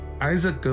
Isaac